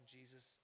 Jesus